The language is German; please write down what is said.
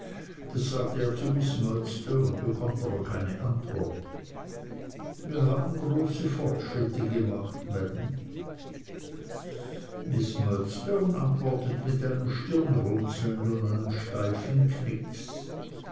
das sagt er zu miß murdstone bekommt aber keine antwort wir haben große fortschritte gemacht maam miß murdstone antwortet mit einem stirnrunzeln und einem steifen knix